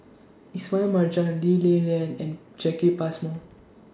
Ismail Marjan Lee Li Lian and Jacki Passmore